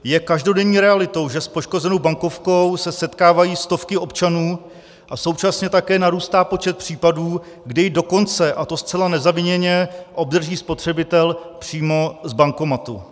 Je každodenní realitou, že s poškozenou bankovkou se setkávají stovky občanů, a současně také narůstá počet případů, kdy ji dokonce a to zcela nezaviněně obdrží spotřebitel přímo z bankomatu.